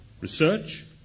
research